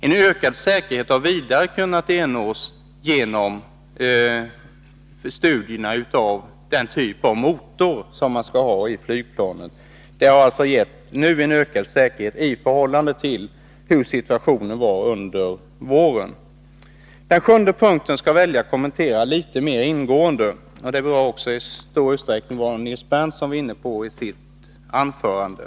En ökad säkerhet har vidare kunnat ernås genom studierna av den typ av motor som man skall ha på flygplanet. Det har alltså nu gett en ökad säkerhet i förhållande till hur situationen var under våren. Den sjunde punkten skall jag kommentera litet mer ingående. Den rör i stor utsträckning det som Nils Berndtson var inne på i sitt anförande.